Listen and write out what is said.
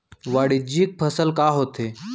वाणिज्यिक फसल का होथे?